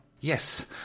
Yes